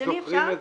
אז צריך להודיע